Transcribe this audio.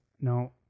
no